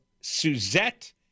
Suzette